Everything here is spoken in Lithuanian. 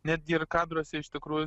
netgi ir kadruose iš tikrųjų